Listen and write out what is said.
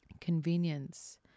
convenience